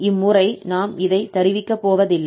இம்முறை நாம் இதை தருவிக்க போவதில்லை